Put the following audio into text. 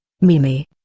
Mimi